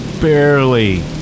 barely